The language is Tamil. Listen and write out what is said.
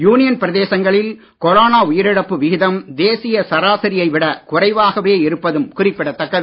யூனியன் பிரதேசங்களில் கொரோனா உயிரிழப்பு விகிதம் தேசிய சராசரியை விட குறைவாக இருப்பதும் குறிப்பிடத்தக்கது